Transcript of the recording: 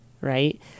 right